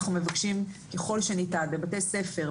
אנחנו מבקשים ככל שניתן בבתי ספר,